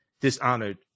dishonored